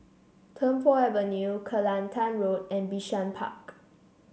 Tung Po Avenue Kelantan Road and Bishan Park